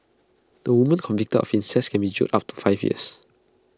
the woman convicted of incest can be jailed up to five years